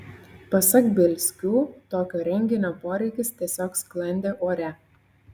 pasak bielskių tokio renginio poreikis tiesiog sklandė ore